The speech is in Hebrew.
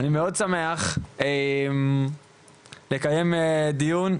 אני מאוד שמח לקיים דיון,